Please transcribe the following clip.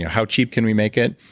how cheap can we make it?